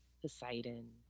poseidon